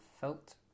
felt